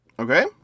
Okay